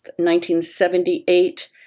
1978